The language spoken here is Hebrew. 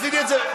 עשיתי את זה,